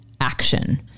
action